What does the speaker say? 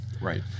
right